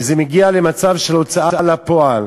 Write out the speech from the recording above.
וזה מגיע למצב של הוצאה לפועל,